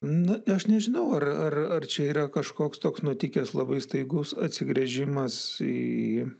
na aš nežinau ar ar ar čia yra kažkoks toks nutikęs labai staigus atsigręžimas į